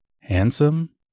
handsome